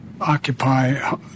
occupy